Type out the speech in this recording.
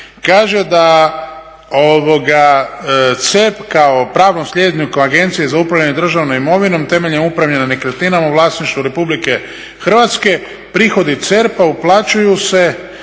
kaže da CERP kao pravnom slijedniku Agencije za upravljanje državnom imovinom temeljem upravljanja nekretninom u vlasništvu Republike Hrvatske prihodi CERP-a uplaćuju se